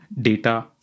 data